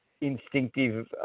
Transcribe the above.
instinctive